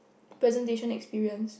presentation experience